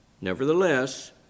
Nevertheless